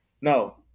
no